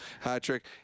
Hat-trick